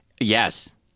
Yes